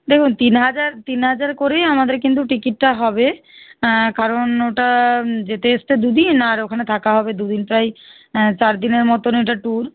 দেখুন তিন হাজার তিন হাজার করেই আমাদের কিন্ত টিকিটটা হবে কারণ ওটা যেতে আসতে দু দিন আর ওখানে থাকা হবে দু দিন তাই চার দিনের মতন এটা ট্যুর